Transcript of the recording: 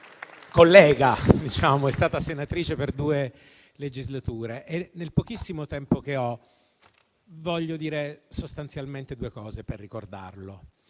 collega, essendo stata senatrice per due legislature. Nel pochissimo tempo che ho a disposizione voglio dire sostanzialmente due cose per ricordarlo.